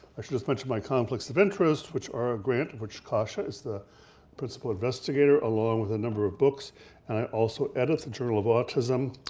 i should just mention my conflicts of interest, which are a grant of which kasia is the principle investigator ah long with a number of books and i also edit the journal of autism.